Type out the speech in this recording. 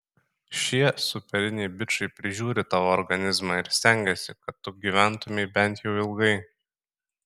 šie superiniai bičai prižiūri tavo organizmą ir stengiasi kad tu gyventumei bent jau ilgai